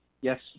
Yes